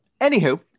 Anywho